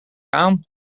aan